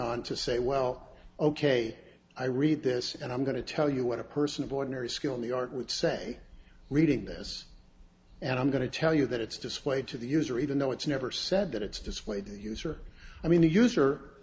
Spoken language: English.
on to say well ok i read this and i'm going to tell you what a person of ordinary skill in the art would say reading this and i'm going to tell you that it's displayed to the user even though it's never said that it's displayed the user i mean the user